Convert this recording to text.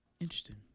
Interesting